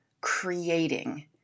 creating